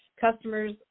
customers